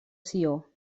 sió